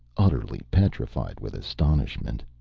utterly petrified with astonishment.